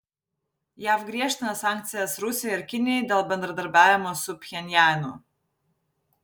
jav griežtina sankcijas rusijai ir kinijai dėl bendradarbiavimo su pchenjanu